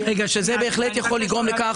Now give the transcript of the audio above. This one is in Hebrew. זה בהחלט יכול לגרום לכך